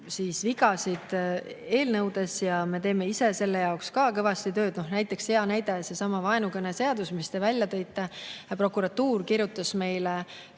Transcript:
ega vigasid, ja me teeme ise selle jaoks ka kõvasti tööd. Hea näide on seesama vaenukõne seadus, mis te välja tõite. Prokuratuur kirjutas meile